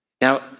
Now